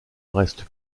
reste